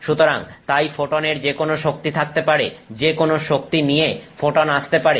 সুতরাং তাই ফোটনের যে কোন শক্তি থাকতে পারে যে কোন শক্তি নিয়ে ফোটন আসতে পারে